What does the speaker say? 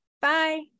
Bye